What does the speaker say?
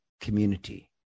community